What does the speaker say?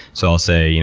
so i'll say, you know